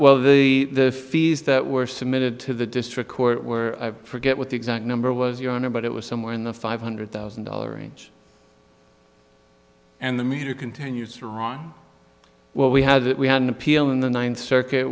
of the fees that were submitted to the district court were i forget what the exact number was your honor but it was somewhere in the five hundred thousand dollar range and the meter continues to run well we had it we had an appeal in the ninth circuit